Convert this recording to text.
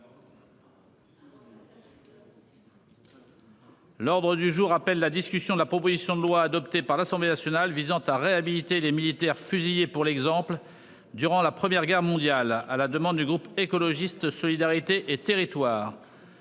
L'ordre du jour appelle la discussion de la proposition de loi adoptée par l'Assemblée nationale visant à réhabiliter les militaires fusillés pour l'exemple. Durant la première guerre mondiale à la demande du groupe écologiste solidarité et territoires.